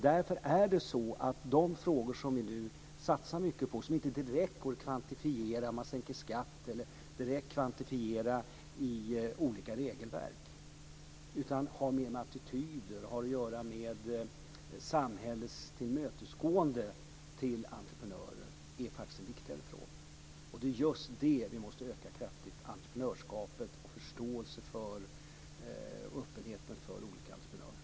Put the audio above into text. Därför är de frågor som vi nu satsar på, men som inte direkt går att kvantifiera utan har mer med attityder och samhällets tillmötesgående gentemot entreprenörer att göra, viktigare - t.ex. sänkt skatt eller ändringar i regelverk. Vi måste öka förståelsen för och öppenheten gentemot entreprenörer.